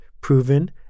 proven